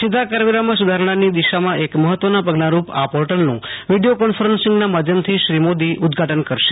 સીધા કરવેરામાં સુધારણાની દિશામાં એક મહત્વના પગલારૂપ આ પોર્ટલનું વિડીયો કોન્ફરન્સીંગના માધ્યમથી શ્રી મોદી ઉદઘાટન કરશે